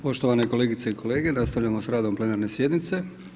Poštovane kolegice i kolege, nastavljamo sa radom plenarne sjednice.